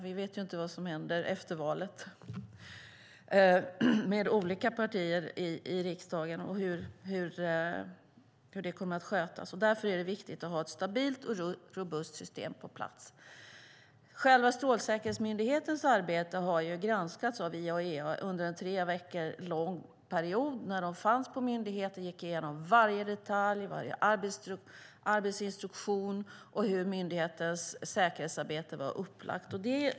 Vi vet ju inte vad som händer efter valet, med olika partier i riksdagen, och hur det kommer att skötas. Därför är det viktigt att ha ett stabilt och robust system på plats. Själva Strålsäkerhetsmyndighetens arbete har granskats av IAEA. Under en tre veckor lång period fanns de på myndigheten och gick igenom varje detalj, varje arbetsinstruktion och hur myndighetens säkerhetsarbete var upplagt.